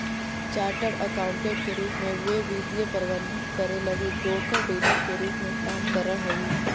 chartered accountant के रूप में वे वित्तीय प्रबंधन करे लगी ब्रोकर डीलर के रूप में काम करऽ हई